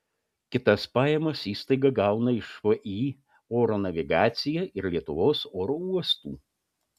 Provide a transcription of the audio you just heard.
kitas pajamas įstaiga gauna iš vį oro navigacija ir lietuvos oro uostų